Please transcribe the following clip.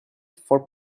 for